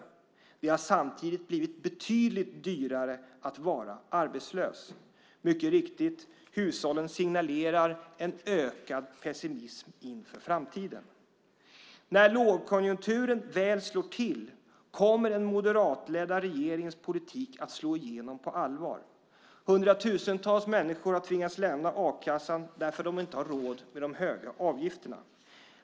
Samtidigt har det blivit betydligt dyrare att vara arbetslös. Och mycket riktigt: Hushållen signalerar en ökad pessimism inför framtiden. När lågkonjunkturen väl slår till kommer den moderatledda regeringens politik att på allvar slå igenom. Hundratusentals människor har tvingats lämna a-kassan därför att de inte har råd med de höga avgifterna.